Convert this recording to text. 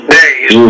days